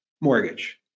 mortgage